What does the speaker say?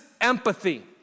empathy